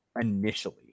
initially